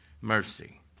Mercy